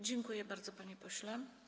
Dziękuję bardzo, panie pośle.